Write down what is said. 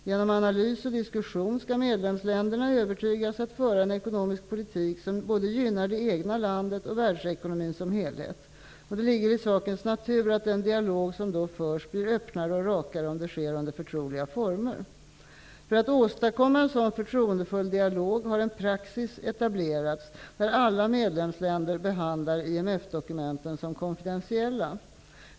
Genom analys och diskussion skall medlemsländerna övertygas att föra en ekonomisk politik som både gynnar det egna landet och världsekonomin som helhet. Det ligger i sakens natur att den dialog som då förs blir öppnare och rakare om den sker under förtroliga former. För att åstadkomma en sådan förtroendefull dialog har en praxis etablerats, där alla medlemsländer behandlar IMF-dokumenten som konfidentiella.